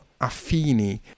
Affini